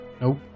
Nope